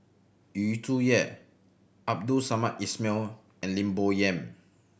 Yu Zhuye Abdul Samad Ismail and Lim Bo Yam